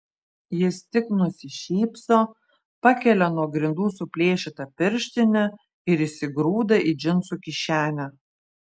jis tik nusišypso pakelia nuo grindų suplėšytą pirštinę ir įsigrūda į džinsų kišenę